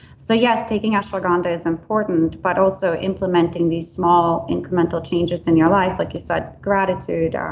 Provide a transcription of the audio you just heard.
so yes, taking ashwagandha is important, but also implementing these small incremental changes in your life like you said gratitude, um